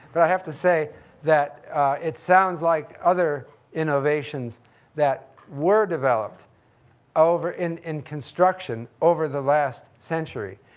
but i have to say that it sounds like other innovations that were developed over, and in construction, over the last century.